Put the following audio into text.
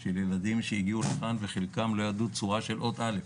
של ילדים שהגיעו לכאן וחלקם לא ידעו את הצורה של האות אל"ף.